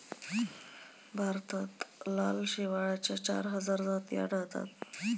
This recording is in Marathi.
भारतात लाल शेवाळाच्या चार हजार जाती आढळतात